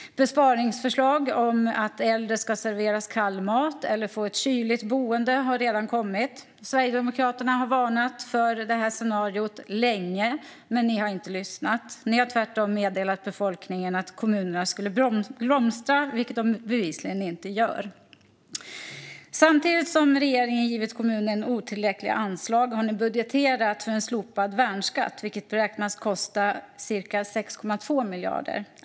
Besparingsförslag om att äldre ska serveras kall mat eller få ett kyligt boende har redan kommit. Sverigedemokraterna har länge varnat för detta scenario, men ni har inte lyssnat. Ni har tvärtom meddelat befolkningen att kommunerna skulle blomstra, vilket de bevisligen inte gör. Samtidigt som regeringen har givit kommunerna otillräckliga anslag har ni budgeterat för en slopad värnskatt, vilket beräknas kosta ca 6,2 miljarder.